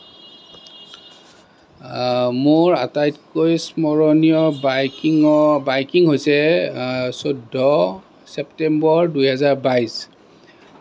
মোৰ আটাইতকৈ স্মৰণীয় বাইকিঙৰ বাইকিং হৈছে চৈধ্য ছেপ্তেম্বৰ দুহেজাৰ বাইশ